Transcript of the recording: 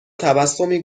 تبسمی